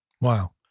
Wow